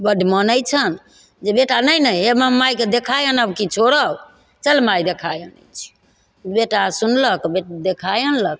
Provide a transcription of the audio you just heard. बड्ड मानय छनि जे बेटा नहि नहि हे हमर माइके देखाय आनब कि छोड़ब चल माय देखाय आनय छियौ बेटा सुनलक देखाय अनलक